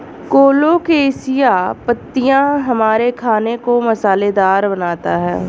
colocasia पत्तियां हमारे खाने को मसालेदार बनाता है